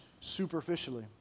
superficially